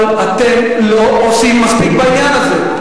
אבל אתם לא עושים מספיק בעניין הזה.